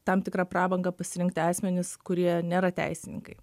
tam tikrą prabangą pasirinkti asmenis kurie nėra teisininkai